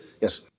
yes